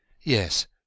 Yes